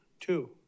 two